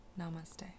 Namaste